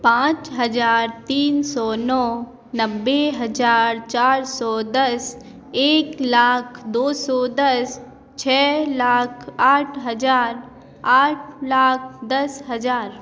पाँच हज़ार तीन सौ नौ नब्बे हज़ार चार सौ दस एक लाख दो सौ दस छः लाख आठ हज़ार आठ लाख दस हज़ार